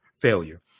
failure